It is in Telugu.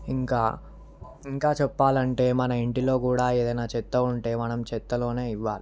ఇంకా ఇంకా చెప్పాలంటే మన ఇంటిలో కూడా ఏదైనా చెత్త ఉంటే మనం చెత్తలోనే ఇవ్వాలి